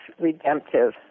redemptive